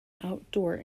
outdoor